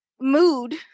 mood